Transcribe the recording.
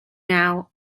now